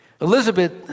Elizabeth